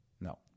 No